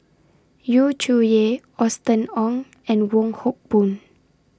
Yu Zhuye Austen Ong and Wong Hock Boon